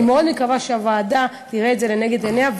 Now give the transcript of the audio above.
אני מאוד מקווה שהוועדה תראה את זה לנגד עיניה.